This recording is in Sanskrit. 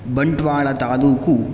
बण्ट्वालतालूकु